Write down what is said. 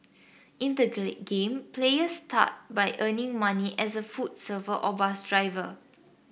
in the game players start by earning money as a food server or bus driver